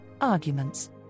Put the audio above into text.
arguments